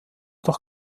doch